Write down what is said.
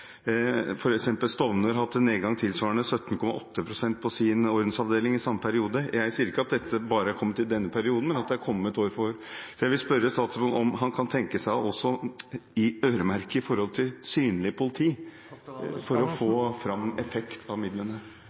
Stovner har f.eks. hatt en nedgang tilsvarende 17,8 pst. på sin ordensavdeling i samme periode. Jeg sier ikke at dette bare er kommet i denne perioden, men det er kommet år for år. Jeg vil spørre statsråden om han kan tenke seg også å øremerke midler for synlig politi for å få fram effekt av midlene.